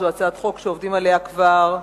זו הצעת חוק שעובדים עליה כבר,